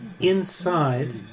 Inside